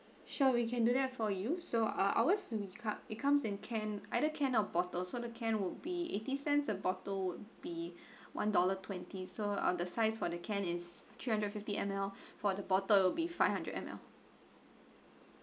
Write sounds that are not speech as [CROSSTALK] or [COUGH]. sure we can do that for you so uh ours it co~ it comes in can either can or bottles so the can would be eighty cents a bottle would be [BREATH] one dollar twenty so on the size for the can is three hundred fifty M_L [BREATH] for the bottle would be five hundred M_L